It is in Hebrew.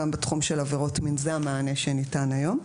גם בתחום של עבירות מין זה המענה שניתן היום.